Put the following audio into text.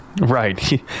Right